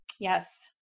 Yes